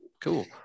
cool